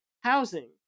housing